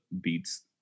Beats